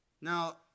Now